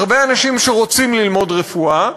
הרבה אנשים שרוצים ללמוד רפואה,